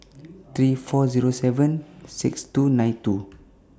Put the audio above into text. three four Zero seven six two nine two